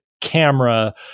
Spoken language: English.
camera